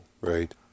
Right